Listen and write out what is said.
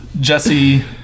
Jesse